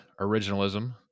originalism